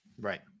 Right